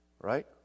Right